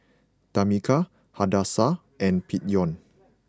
Tamika Hadassah and Peyton